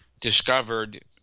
discovered